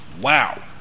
wow